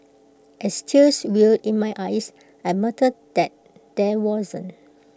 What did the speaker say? as tears welled in my eyes I muttered that there wasn't